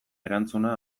erantzuna